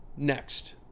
Next